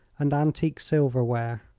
and antique silverware.